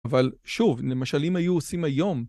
אבל שוב, למשל אם היו עושים היום...